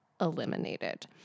eliminated